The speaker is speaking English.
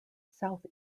south